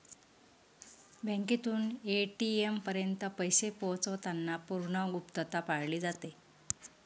बँकेतून ए.टी.एम पर्यंत पैसे पोहोचवताना पूर्ण गुप्तता पाळली जाते